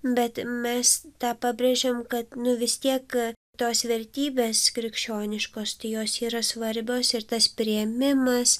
bet mes tą pabrėžiam kad nu vis tiek tos vertybės krikščioniškos jos yra svarbios ir tas priėmimas